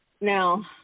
now